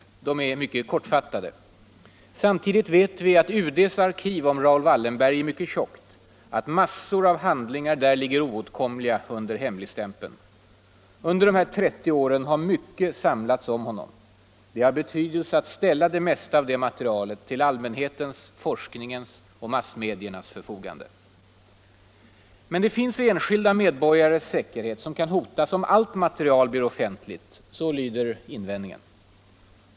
De är mycket kortfattade. Samtidigt vet vi att UD:s arkiv om Raoul Wallenberg är mycket tjockt, att massor av handlingar där ligger oåtkomliga under hemligstämpeln. Under dessa 30 år har mycket samlats om honom. Det är av betydelse att ställa det mesta av det materialet till allmänhetens, forskningens och massmediernas förfogande. Men det finns enskilda medborgares säkerhet som kan hotas om allt material blir offentligt, lyder invändningen.